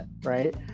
right